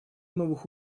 новых